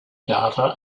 data